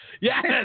Yes